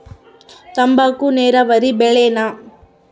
ತಂಬಾಕು ನೇರಾವರಿ ಬೆಳೆನಾ?